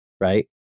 right